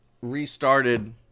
restarted